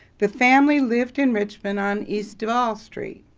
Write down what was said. the family live in richmond on east duval street.